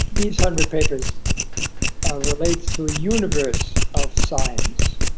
these hundred papers ah relates to a universe of science.